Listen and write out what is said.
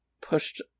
pushed